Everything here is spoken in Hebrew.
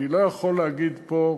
אני לא יכול להגיד פה,